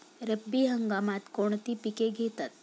रब्बी हंगामात कोणती पिके घेतात?